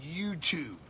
YouTube